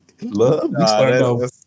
Love